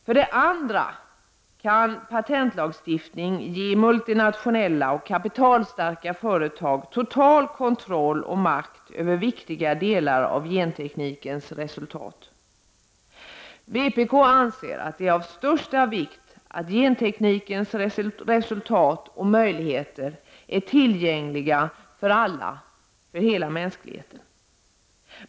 För det andra kan patentlagstiftning ge multinationella och kapitalstarka företag total kontroll och makt över viktiga delar av genteknikens resultat. Vpk anser att det är av största vikt att genteknikens resultat och möjligheter är tillgängliga för hela mänskligheten.